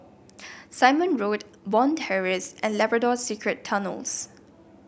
Simon Road Bond Terrace and Labrador Secret Tunnels